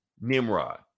nimrod